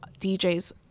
DJs